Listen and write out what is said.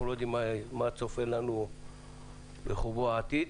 לא יודעים מה צופן לנו בחובו העתיד.